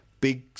big